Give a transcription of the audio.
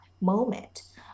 moment